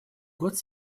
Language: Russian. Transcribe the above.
год